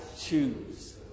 choose